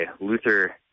Luther